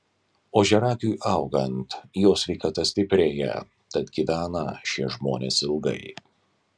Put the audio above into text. ožiaragiui augant jo sveikata stiprėja tad gyvena šie žmonės ilgai